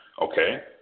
Okay